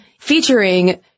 featuring